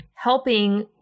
helping